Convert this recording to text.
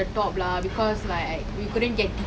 on the top of the table for every season